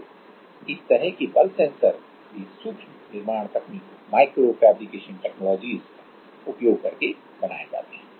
तो इस तरह के बल सेंसर भी सूक्ष्म निर्माण तकनीकों का उपयोग करके बनाए जाते हैं